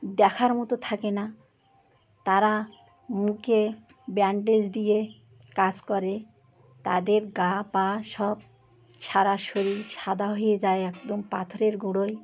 দেখার মতো থাকে না তারা মুখে ব্যান্ডেজ দিয়ে কাজ করে তাদের গা পা সব সারা শরীর সাদা হয়ে যায় একদম পাথরের গুঁড়োয়